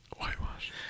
whitewash